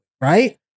right